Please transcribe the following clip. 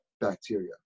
bacteria